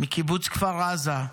מקיבוץ כפר עזה,